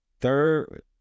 Third